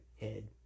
head